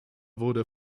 wurde